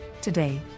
today